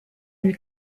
lui